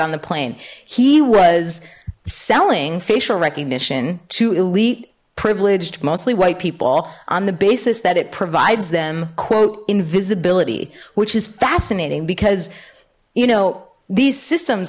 on the plane he was selling facial recognition to elite privileged mostly white people on the basis that it provides them quote invisibility which is fascinating because you know these systems